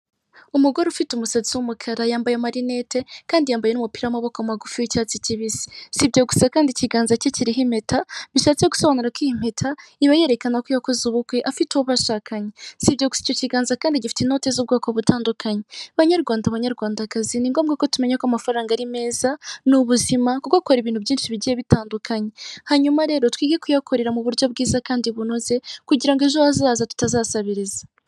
Umugore ufite umusatsi w'umukara, yambaye amarinete kandi yambaye n'umupira w'amaboko magufi w'icyatsi kibisi, si ibyo gusa kandi ikiganza cye kiriho impeta bishatse gusobanura ko iyi mpeta iba yerekana ko yakoze ubukwe afite uwo bashakanye, si ibyo gusa icyo kiganza kandi gifite inote z'ubwoko butandukanye. Banyarwanda, Banyarwandakazi ni ngombwa ko tumenya ko amafaranga ari meza, ni ubuzima, kuko akora ibintu byinshi bigiye bitandukanye, hanyuma rero twige kuyakorera mu buryo bwiza kandi bunoze kugira ejo hazaza tutazasabiriza.